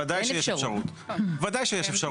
בוודאי שיש אפשרות, בוודאי שיש אפשרות.